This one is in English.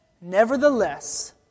Nevertheless